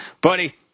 Buddy